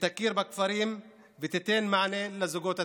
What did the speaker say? תכיר בכפרים ותיתן מענה לזוגות הצעירים?